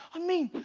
i mean,